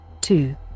two